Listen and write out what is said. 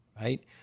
right